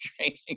training